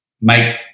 make